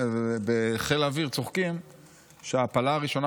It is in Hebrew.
בחיל האוויר צוחקים שההפלה הראשונה